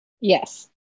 Yes